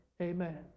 Amen